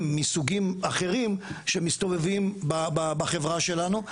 מסוגים אחרים שמסתובבים בחברה שלנו,